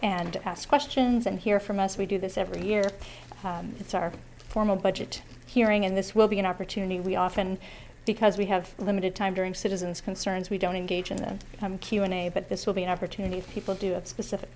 and ask questions and hear from us we do this every year it's our formal budget hearing and this will be an opportunity we often because we have limited time during citizens concerns we don't engage in some q and a but this will be an opportunity if people do have specific